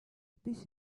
this